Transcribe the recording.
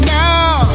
now